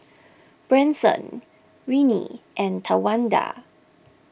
Branson Ryne and Tawanda